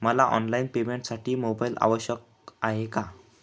मला ऑनलाईन पेमेंटसाठी मोबाईल आवश्यक आहे का?